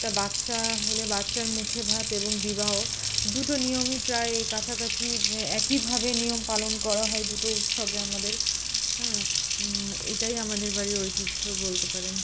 একটা বাচ্চা হলে বাচ্চার মুখে ভাত এবং বিবাহ দুটো নিয়মই প্রায় কাছাকাছি একইভাবে নিয়ম পালন করা হয় দুটো উৎসবে আমাদের হ্যাঁ এটাই আমাদের বাড়ির ঐতিহ্য বলতে পারেন